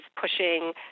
pushing